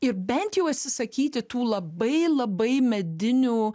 ir bent jau atsisakyti tų labai labai medinių